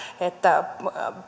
että